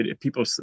People